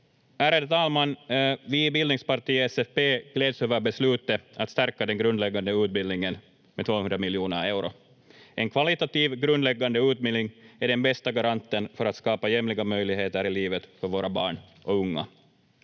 Ärade talman! Vi i bildningspartiet SFP gläds över beslutet att stärka den grundläggande utbildningen med 200 miljoner euro. En kvalitativ grundläggande utbildning är den bästa garanten för att skapa jämlika möjligheter i livet för våra barn och unga.